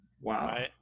Wow